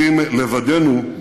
יהודי וערבי